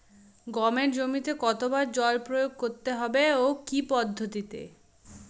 গমের জমিতে কতো বার জল প্রয়োগ করতে হবে ও কি পদ্ধতিতে?